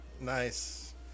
Nice